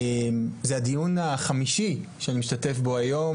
זה הדיון החמישי שאני משתתף בו היום,